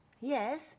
Yes